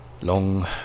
long